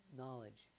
knowledge